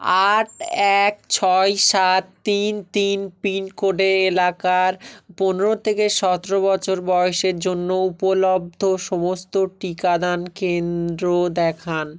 আট এক ছয় সাত তিন তিন পিনকোডের এলাকায় পনেরো থেকে সতেরো বয়সের জন্য উপলব্ধ সমস্ত টিকাদান কেন্দ্র দেখান